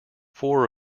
four